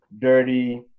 dirty